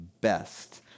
best